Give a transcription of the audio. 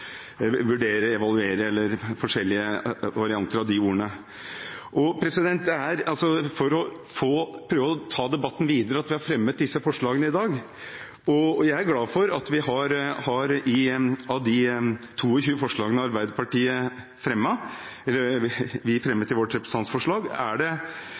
vurdere, evaluere eller forskjellige varianter av de ordene. Det er for å prøve å ta debatten videre at vi har fremmet disse forslagene i dag, og jeg er glad for at av de 22 forslagene Arbeiderpartiet fremmet i vårt representantforslag, er det